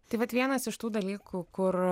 tai vat vienas iš tų dalykų kur